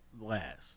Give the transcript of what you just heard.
last